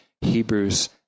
Hebrews